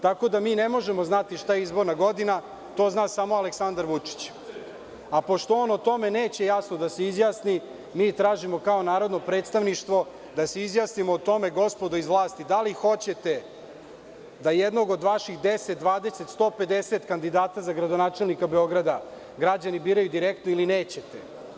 Tako da, mi ne možemo znati šta je izborna godina, to zna samo Aleksandar Vučić, a pošto on o tome neće jasno da se izjasni, mi tražimo, kao narodno predstavništvo, da se izjasnimo o tome, gospodo iz vlasti – da li hoćete da jednog od vaših 10, 20, 150 kandidata za gradonačelnika Beograda građani biraju direktno ili nećete?